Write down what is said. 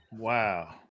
Wow